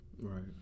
Right